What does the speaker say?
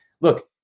look